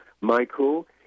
Michael